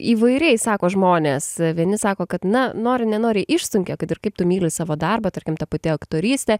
įvairiai sako žmonės vieni sako kad na nori nenori išsunkia kad ir kaip tu myli savo darbą tarkim ta pati aktorystė